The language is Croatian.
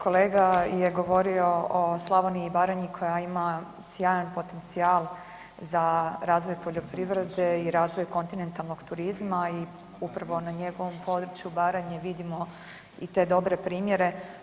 Kolega je govorio o Slavoniji i Baranji koja ima sjajan potencijal za razvoj poljoprivrede i razvoj kontinentalnog turizma i upravo na njegovom području Baranji vidimo i te dobre primjere.